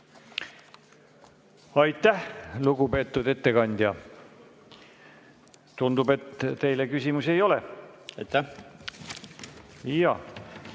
Aitäh, lugupeetud ettekandja! Tundub, et teile küsimusi ei ole. Me saame